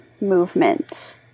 movement